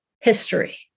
history